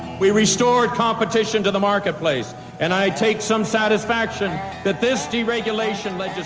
we restored competition to the market-place and i take some satisfaction that this deregulation like ah